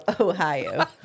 Ohio